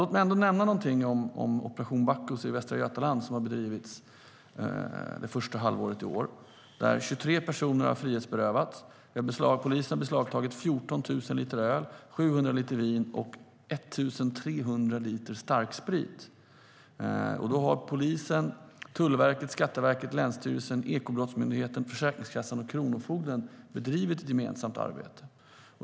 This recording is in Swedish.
Låt mig ändå nämna någonting om Operation Bacchus i Västra Götaland, som har bedrivits under det första halvåret i år: 23 personer har frihetsberövats, polisen har beslagtagit 14 000 liter öl, 700 liter vin och 1 300 liter starksprit. Polisen, Tullverket, Skatteverket, Länsstyrelsen och Ekobrottsmyndigheten, Försäkringskassan och Kronofogden har här bedrivit ett gemensamt arbete.